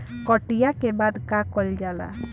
कटिया के बाद का कइल जाला?